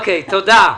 אוקיי, תודה.